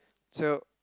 so